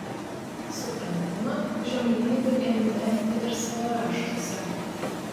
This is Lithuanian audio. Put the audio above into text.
suprantama žemaitybių ėmė vengti ir savo raštuose